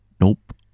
Nope